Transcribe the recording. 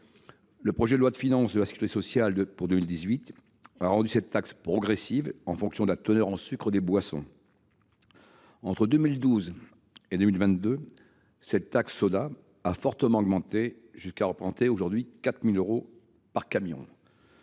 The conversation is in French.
Le projet de loi de finances de la sécurité sociale pour 2018 a rendu cette taxe progressive en fonction de la teneur en sucre des boissons. Entre 2012 et 2022, cette « taxe soda » a fortement augmenté, jusqu’à rapporter aujourd’hui 4 000 euros par camion.